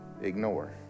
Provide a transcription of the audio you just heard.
ignore